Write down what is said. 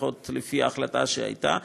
לפחות לפי ההחלטה שהייתה.